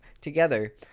together